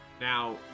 Now